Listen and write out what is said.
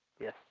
Yes